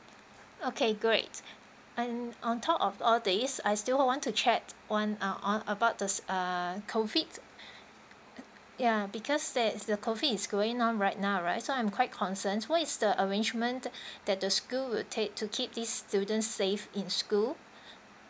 okay great and on top of all these I still want want to check one ah on about this ah COVID uh ya because there is the COVID is going on right now right so I'm quite concerns what is the arrangement that the school will take to keep these students safe in school